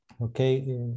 Okay